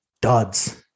duds